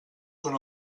són